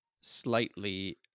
slightly